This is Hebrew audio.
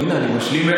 הינה, אני משלים.